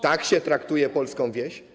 Tak się traktuje polską wieś.